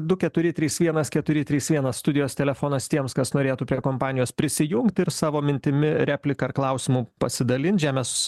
du keturi trys vienas keturi trys vienas studijos telefonas tiems kas norėtų prie kompanijos prisijungti ir savo mintimi replika ar klausimu pasidalint žemės